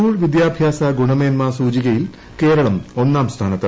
school വിദ്യാഭ്യാസ ഗുണമേന്മ സൂചികയിൽ കേരളം ഒന്നാം സ്ഥാനത്ത്